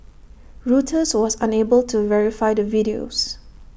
Reuters was unable to verify the videos